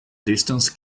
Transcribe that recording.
distance